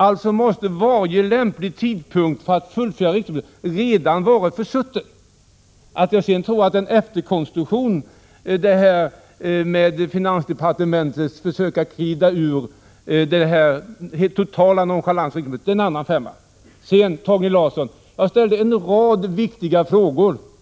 Alltså måste varje lämplig tidpunkt för att fullfölja riksdagsbeslutet redan vara försutten. Att jag sedan tror att det är en efterkonstruktion, när finansdepartementet försöker att glida ur den totala nonchalansen, är en annan femma. Jag ställde en rad viktiga frågor, Torgny